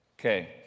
Okay